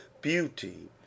beauty